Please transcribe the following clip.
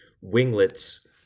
winglets